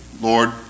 Lord